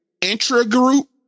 intra-group